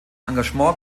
engagement